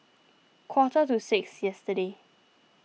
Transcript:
quarter to six yesterday